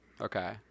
okay